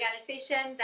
organization